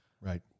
Right